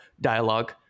dialogue